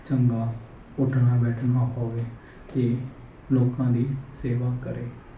ਚੰਗਾ ਉੱਠਣਾ ਬੈਠਣਾ ਹੋਵੇ ਅਤੇ ਲੋਕਾਂ ਦੀ ਸੇਵਾ ਕਰੇ